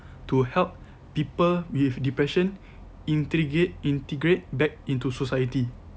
to help people with depression intregate~ integrate back into society